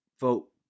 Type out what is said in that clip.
vote